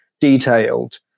detailed